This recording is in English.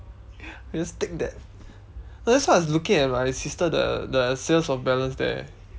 I just take debt no that's why I was looking at my sister the the sales of balance there